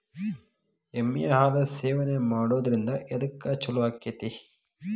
ಎಮ್ಮಿ ಹಾಲು ಸೇವನೆ ಮಾಡೋದ್ರಿಂದ ಎದ್ಕ ಛಲೋ ಆಕ್ಕೆತಿ?